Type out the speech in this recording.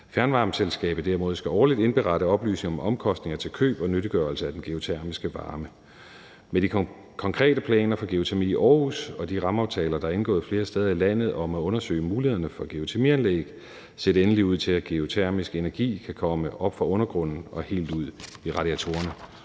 Fjernvarmeselskabet derimod skal årligt indberette oplysninger om omkostninger til køb og nyttiggørelse af den geotermiske varme. Med de konkrete planer for geotermi i Aarhus og de rammeaftaler, der er indgået flere steder i landet om at undersøge mulighederne for geotermianlæg, ser det endelig ud til, at geotermisk energi kan komme op fra undergrunden og helt ud i radiatorerne